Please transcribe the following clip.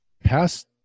past